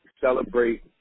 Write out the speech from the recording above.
celebrate